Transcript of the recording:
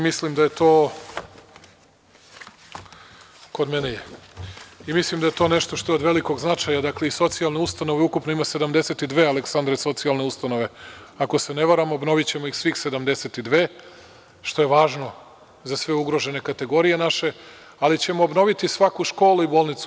Mislim da je to, kod mene je i mislim da je to nešto što je od velikog značaja, dakle i socijalne ustanove ukupno ima 72 Aleksandre, socijalne ustanove, ako se ne varamo obnovićemo ih svih 72, što je važno za sve ugrožene kategorije naše, ali ćemo obnoviti svaku školu i bolnicu.